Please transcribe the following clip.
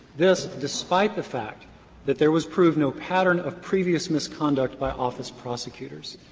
this despite the fact that there was proved no pattern of previous misconduct by office prosecutors.